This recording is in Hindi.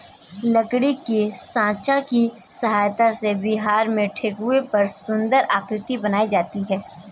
लकड़ी के साँचा की सहायता से बिहार में ठेकुआ पर सुन्दर आकृति बनाई जाती है